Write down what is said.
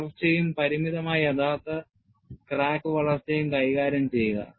വളർച്ചയും പരിമിതമായ യഥാർത്ഥ ക്രാക്ക് വളർച്ചയും കൈകാര്യം ചെയ്യുക